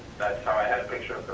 that's how i had a picture of her.